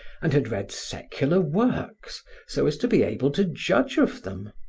and had read secular works so as to be able to judge of them.